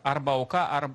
arba auka ar